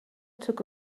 took